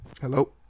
Hello